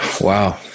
Wow